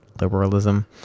liberalism